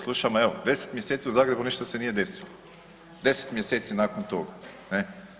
Slušamo evo, 10 mjeseci u Zagrebu ništa se nije desilo, 10 mjeseci nakon toga ne.